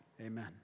amen